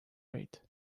rate